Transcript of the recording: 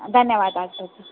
धन्यवादः अग्रज